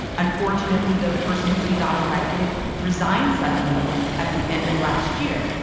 unfortunately, the person who we got elected resigned suddenly at the end of last year,